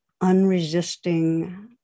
unresisting